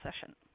session